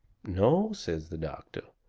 no, says the doctor,